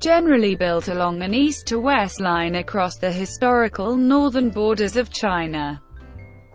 generally built along an east-to-west line across the historical northern borders of china